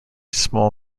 small